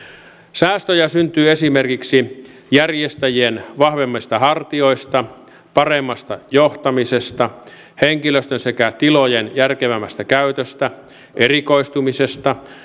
säästöjä syntyy esimerkiksi järjestäjien vahvemmista hartioista paremmasta johtamisesta henkilöstön sekä tilojen järkevämmästä käytöstä erikoistumisesta